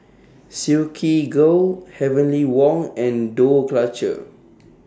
Silkygirl Heavenly Wang and Dough Culture